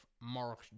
Mark